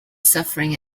suffering